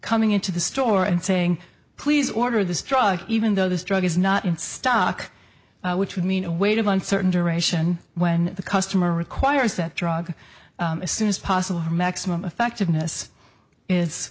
coming into the store and saying please order this drug even though this drug is not in stock which would mean a wait of uncertain duration when the customer requires that drug as soon as possible maximum effectiveness is